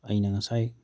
ꯑꯩꯅ ꯉꯁꯥꯏ